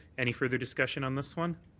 any further discussion on this one?